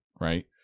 right